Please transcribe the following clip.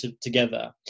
together